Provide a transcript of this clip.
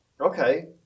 okay